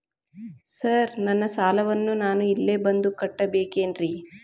Sir ನನ್ನ ಸಾಲವನ್ನು ನಾನು ಇಲ್ಲೇ ಬಂದು ಕಟ್ಟಬೇಕೇನ್ರಿ?